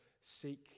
seek